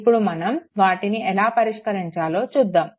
ఇప్పుడు మనం వాటిని ఎలా పరిష్కరించాలో చూద్దాము